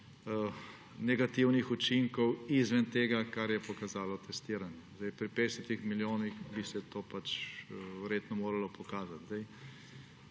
negativnih učinkov izven tega, kar je pokazalo testiranje. Pri 50 milijonih bi se to verjetno moralo pokazati.